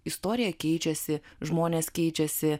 istorija keičiasi žmonės keičiasi